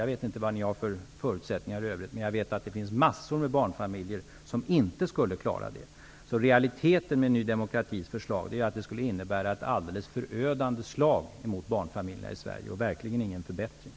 Jag vet inte vad ni har för förutsättningar i övrigt. Men jag vet att det finns en mängd barnfamiljer som inte skulle klara detta. I realiteten skulle Ny demokratis förslag innebära ett mycket förödande slag mot barnfamiljerna i Sverige och verkligen inte någon förbättring.